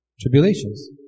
Tribulations